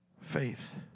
Faith